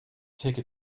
ticket